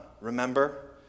remember